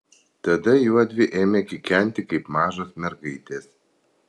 tada juodvi ėmė kikenti kaip mažos mergaitės